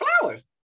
Flowers